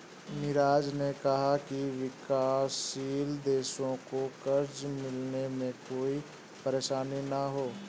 मिराज ने कहा कि विकासशील देशों को कर्ज मिलने में कोई परेशानी न हो